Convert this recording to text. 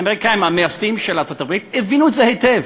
האמריקנים המייסדים של ארצות-הברית הבינו את זה היטב,